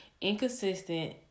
inconsistent